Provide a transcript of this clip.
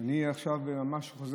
אני ממש עכשיו חוזר